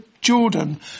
Jordan